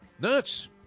Nuts